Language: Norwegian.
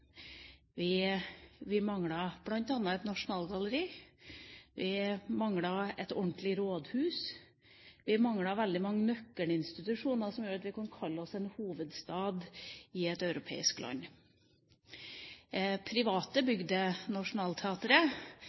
Vi manglet bl.a. et nasjonalgalleri. Vi manglet et ordentlig rådhus. Vi manglet veldig mange nøkkelinstitusjoner som gjorde at vi kunne kalle oss en hovedstad i et europeisk land. Private bygde